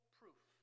proof